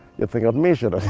you'd think i measured